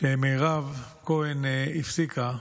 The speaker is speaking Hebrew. שמירב כהן הפסיקה,